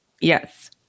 yes